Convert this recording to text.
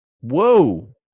whoa